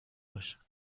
باشن